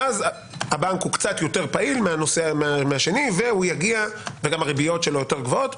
ואז הבנק הוא קצת יותר פעיל מהשני וגם הריביות שלו יותר גבוהות,